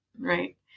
right